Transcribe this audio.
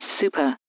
super